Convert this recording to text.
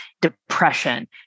depression